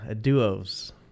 duos